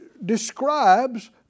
describes